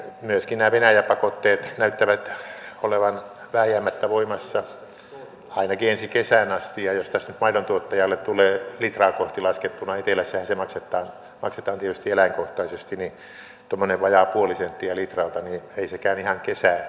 myöskin nämä venäjä pakotteet näyttävät olevan vääjäämättä voimassa ainakin ensi kesään asti ja jos tästä nyt maidontuottajalle tulee litraa kohti laskettuna etelässähän se maksetaan tietysti eläinkohtaisesti tuommoinen vajaa puoli senttiä litralta niin ei sekään ihan kesää taida tehdä